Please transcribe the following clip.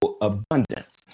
abundance